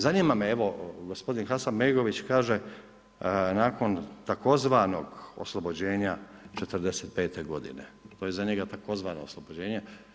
Zanima me evo, gospodin Hasanbegović kaže nakon tzv. oslobođenja '45. g., to je za njega tzv. oslobođenje.